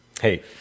Hey